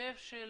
השוטף של